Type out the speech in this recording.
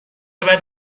بعد